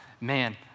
Man